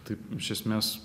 taip iš esmės